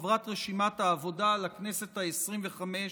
חברת רשימת העבודה לכנסת העשרים-וחמש,